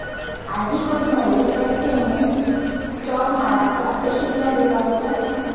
ಅರ್ಜಿ ಕೊಟ್ಮ್ಯಾಲೆ cheque payment stop ಮಾಡಾಕ ಎಷ್ಟ ದಿನಾ ಬೇಕಾಗತ್ತಾ